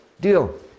deal